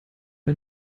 war